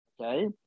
okay